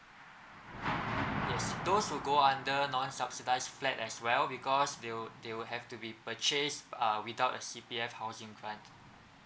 yes those who go under non subsidise flat as well because they will they will have to be purchased uh without a C_P_F housing grant